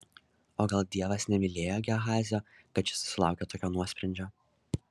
o gal dievas nemylėjo gehazio kad šis susilaukė tokio nuosprendžio